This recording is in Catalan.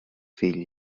fill